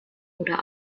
oder